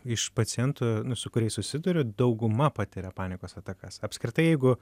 iš pacientų su kuriais susiduriu dauguma patiria panikos atakas apskritai jeigu